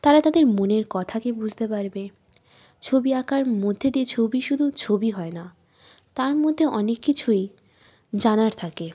তারা তাদের মনের কথাকে বুঝতে পারবে ছবি আঁকার মধ্যে দিয়ে ছবি শুধু ছবি হয় না তার মধ্যে অনেক কিছুই জানার থাকে